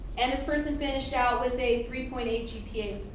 and this person finished out with a three point eight gpa,